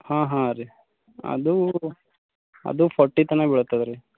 ಹಾಂ ಹಾಂ ರೀ ಅದು ಅದು ಫೋರ್ಟಿ ತನ ಬೀಳ್ತದೆ ರೀ